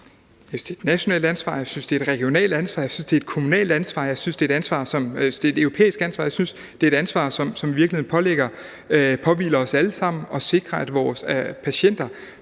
Jeg synes, det er et nationalt ansvar; jeg synes, det er et regionalt ansvar; jeg synes, det er et kommunalt ansvar; jeg synes, det er et europæisk ansvar. Jeg synes, det er et ansvar, som i virkeligheden påhviler os alle sammen, at sikre, at vores patienter